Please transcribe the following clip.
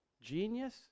Genius